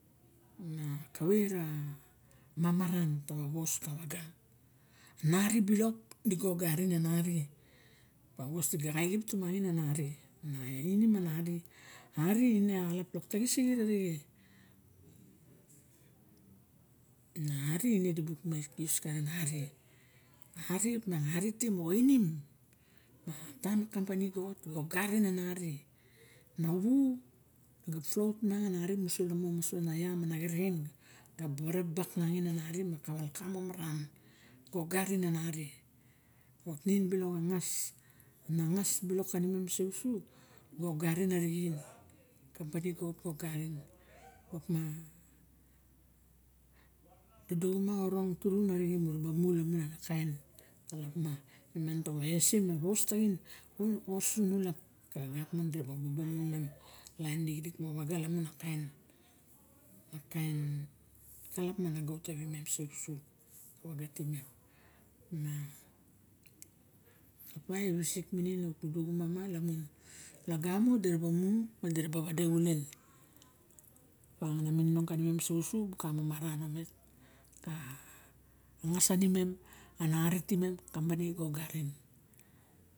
Ma kave ra mamaran tawa wos ka waga mar ari bilok digo ogarin ana ari ma was diga ka inim tamangin ana ari. Ari ine a xalap luk taxisixit arixe ari na ari te moxa inim taima kampani go ot ga ogarin ana ari na wuga plout na ia ma na xerecen ga ware bak nangin ana ari ma na ka maran gu ogarin ana ari otnin bilok ana ngas ana ngas sanina so usu kampani ga ot ga ogarin arixin duduxurna orong lamun ana kain ma ta ese wa wi taxin ma wos sunulap neak miang diraba woworo lamun a lain lixsik moxa waga lamun a kain kalalap ma na ga ot tanim mem sousu miang opa io iwisik minin a u duolu xuma ma lamun lagamo dira ba mu ma dira ba wade xuleng opiang ara mininong kanimen so usu lok ka mamaran amet ka ngas sanimen ana ari time mdiga ogarin